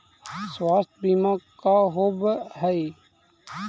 स्वास्थ्य बीमा का होव हइ?